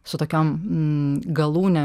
su tokiom m galūne